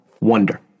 wonder